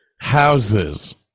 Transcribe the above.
houses